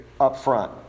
upfront